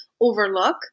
overlook